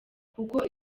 kuko